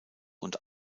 und